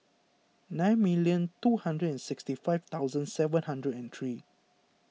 nine million two hundred and sixty five thousand seven hundred and three